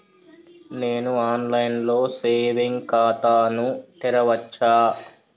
నేను online లో saving ఖాతా ను తెరవచ్చా?